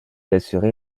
d’assurer